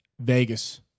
Vegas